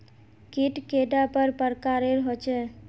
कीट कैडा पर प्रकारेर होचे?